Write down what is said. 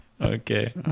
Okay